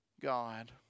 God